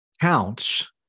counts